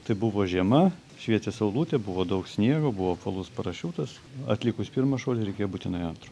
tai buvo žiema šviečia saulutė buvo daug sniego buvo apvalus parašiutas atlikus pirmą šuolį reikėjo būtinai antro